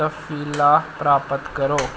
तफसीला प्राप्त करो